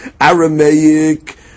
Aramaic